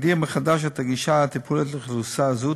מגדיר מחדש את הגישה הטיפולית לאוכלוסייה זו,